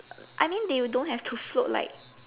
I mean they don't have to float like